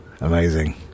Amazing